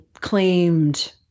claimed